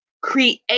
create